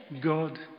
God